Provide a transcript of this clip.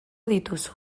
dituzu